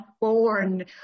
born